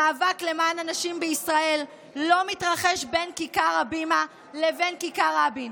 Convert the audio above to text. המאבק למען הנשים בישראל לא מתרחש בין כיכר הבימה לבין כיכר רבין,